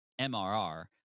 MRR